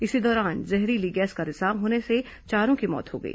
इसी दौरान जहरीली गैस का रिसाव होने से चारों की मौत हो गई